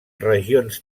regions